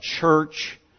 church